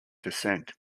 descent